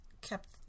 kept